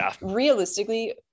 realistically